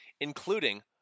including